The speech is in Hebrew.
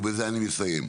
ובזה אני מסיים.